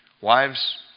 Wives